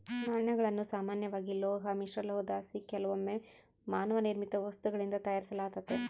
ನಾಣ್ಯಗಳನ್ನು ಸಾಮಾನ್ಯವಾಗಿ ಲೋಹ ಮಿಶ್ರಲೋಹುದ್ಲಾಸಿ ಕೆಲವೊಮ್ಮೆ ಮಾನವ ನಿರ್ಮಿತ ವಸ್ತುಗಳಿಂದ ತಯಾರಿಸಲಾತತೆ